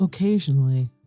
Occasionally